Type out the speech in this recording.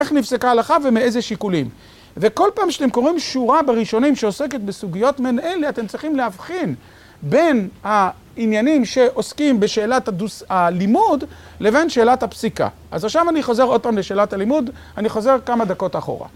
איך נפסקה ההלכה ומאיזה שיקולים. וכל פעם שאתם קוראים שורה בראשונים, שעוסקת בסוגיות מן אלה, אתם צריכים להבחין בין העניינים שעוסקים בשאלת הדו-ש... הלימוד, לבין שאלת הפסיקה. אז עכשיו אני חוזר עוד פעם לשאלת הלימוד, אני חוזר כמה דקות אחורה.